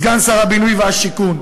סגן שר הבינוי והשיכון,